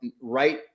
right